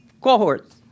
cohort